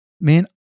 man